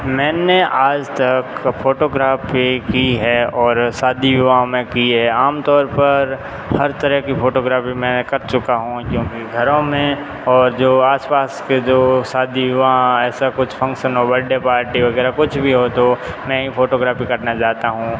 मैंने आज तक फोटोग्राफी की है और शादी विवाहों में की है आमतौर पर हर तरह की फोटोग्राफी मैं कर चुका हूँ क्योंकि घरों में और जो आसपास के जो शादी विवाह ऐसा कुछ फंक्शन हो बर्थडे पार्टी वगैरह कुछ भी हो तो मैं ही फोटोग्राफी करने जाता हूँ